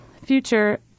future